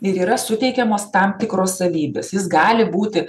ir yra suteikiamos tam tikros savybės jis gali būti